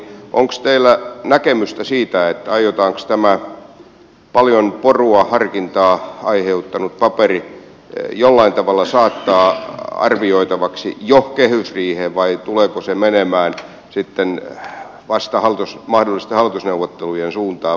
onko teillä näkemystä siitä aiotaanko tämä paljon porua ja harkintaa aiheuttanut paperi jollain tavalla saattaa arvioitavaksi jo kehysriiheen vai tuleeko se menemään vasta mahdollisten hallitusneuvottelujen suuntaan